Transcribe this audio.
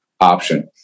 option